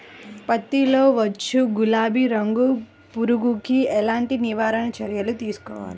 పత్తిలో వచ్చు గులాబీ రంగు పురుగుకి ఎలాంటి నివారణ చర్యలు తీసుకోవాలి?